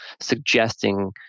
suggesting